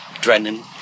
Drennan